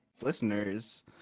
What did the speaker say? listeners